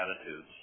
attitudes